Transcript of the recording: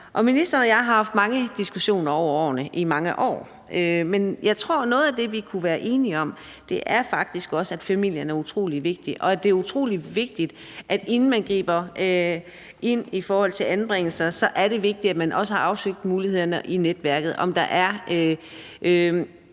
Ministeren og jeg har jo haft mange diskussioner over årene i mange år, men jeg tror faktisk også, at noget af det, vi kunne være enige om, er, at familien er utrolig vigtig, og at det er utrolig vigtigt, at man, inden man griber ind i forhold til anbringelser, så også har afsøgt mulighederne i netværket, altså om der er